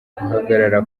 guhagarara